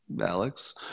Alex